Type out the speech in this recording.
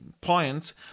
points